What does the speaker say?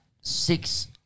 six